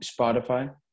Spotify